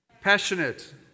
Passionate